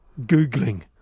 Googling